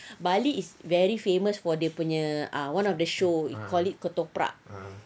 bali is very famous for dia punya ah one of the show they call it ketoprak